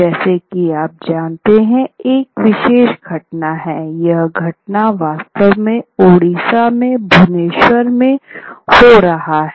जैसा कि आप जानते हैं यह एक विशेष घटना है यह प्रदर्शन वास्तव में उड़ीसा में भुवनेश्वर में हो रहा है